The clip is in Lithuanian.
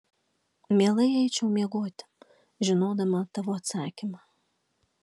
mielai eičiau miegoti žinodama tavo atsakymą